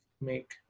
make